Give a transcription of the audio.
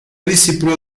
discípulo